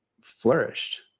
flourished